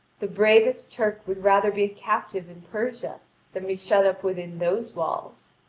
the bravest turk would rather be a captive in persia than be shut up within those walls.